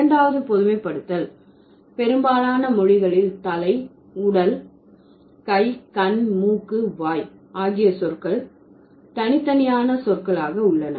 இரண்டாவது பொதுமைப்படுத்தல் பெரும்பாலான மொழிகளில் தலை உடல் கை கண் மூக்கு வாய் ஆகிய சொற்கள் தனித்தனியான சொற்களாக உள்ளன